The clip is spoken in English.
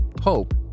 hope